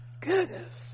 Goodness